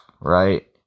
right